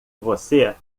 você